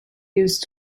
used